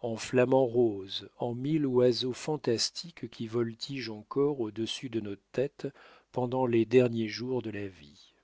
en flamants roses en mille oiseaux fantastiques qui voltigent encore au-dessus de nos têtes pendant les derniers jours de la vie